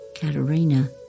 katerina